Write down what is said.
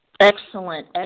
excellent